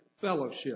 fellowship